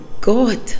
God